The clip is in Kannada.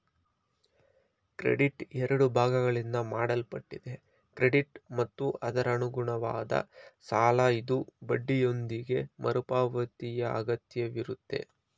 ಕ್ರೆಡಿಟ್ ಎರಡು ಭಾಗಗಳಿಂದ ಮಾಡಲ್ಪಟ್ಟಿದೆ ಕ್ರೆಡಿಟ್ ಮತ್ತು ಅದರಅನುಗುಣವಾದ ಸಾಲಇದು ಬಡ್ಡಿಯೊಂದಿಗೆ ಮರುಪಾವತಿಯಅಗತ್ಯವಿರುತ್ತೆ